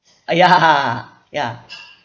ah ya ya